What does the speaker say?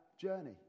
journey